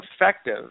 effective